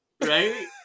Right